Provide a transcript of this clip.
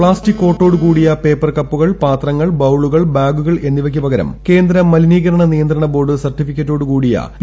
plastic കോട്ടോടു കൂടിയ paper കപ്പുകൾ പാത്രങ്ങൾ ബൌളുകൾ ബാഗുകൾ എന്നിവയ്ക്ക് പകരം കേന്ദ്ര മലിനീകരണ നിയന്ത്രണ ബോർഡ് സർട്ടിഫിക്കറ്റോടു കൂടിയ പി